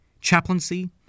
chaplaincy